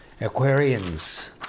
Aquarians